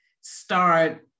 start